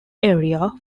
area